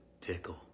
tickle